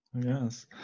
Yes